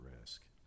risk